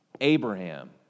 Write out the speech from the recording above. Abraham